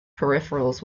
peripherals